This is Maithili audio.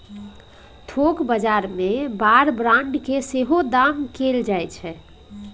थोक बजार मे बार ब्रांड केँ सेहो दाम कएल जाइ छै